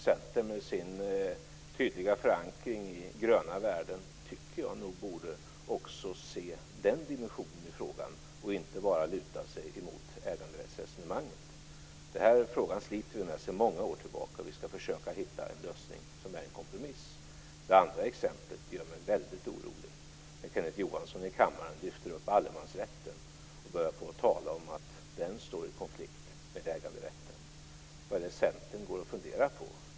Centern med sin tydliga förankring i gröna värden, tycker jag, borde också se den dimensionen i frågan, inte bara luta sig mot äganderättsresonemanget. Den här frågan sliter vi med sedan många år tillbaka. Vi ska försöka hitta en lösning som är en kompromiss. Det andra exemplet gör mig väldigt orolig när Kenneth Johansson i kammaren lyfter upp allemansrätten och börjar tala om att den står i konflikt med äganderätten. Vad är det Centern går och funderar på?